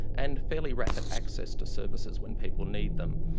and fairly rapid access to services when people need them.